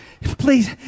Please